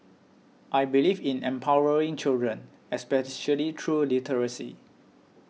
I believe in empowering children especially through literacy